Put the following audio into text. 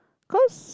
cause